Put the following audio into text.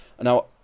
Now